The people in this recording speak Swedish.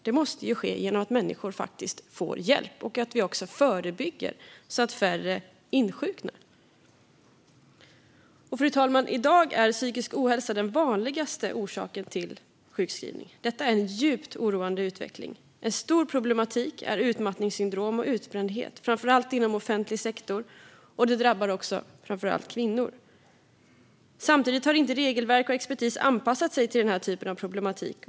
Det måste ske genom att människor faktiskt får hjälp och att man också förebygger, så att färre insjuknar. Fru talman! I dag är psykisk ohälsa den vanligaste orsaken till sjukskrivning. Detta är en djupt oroande utveckling. En stor problematik är utmattningssyndrom och utbrändhet, framför allt inom offentlig sektor. Det drabbar framför allt kvinnor. Samtidigt har inte regelverk och expertis anpassat sig till den här typen av problematik.